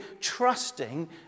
trusting